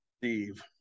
Steve